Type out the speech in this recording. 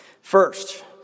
First